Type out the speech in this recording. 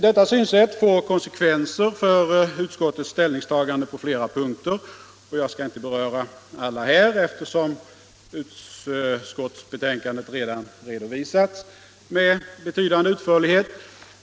Detta synsätt får konsekvenser för utskottets ställningstaganden på flera punkter. Jag skall inte beröra alla här, eftersom utskottsbetänkandet redan redovisats med betydande utförlighet.